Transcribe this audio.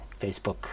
Facebook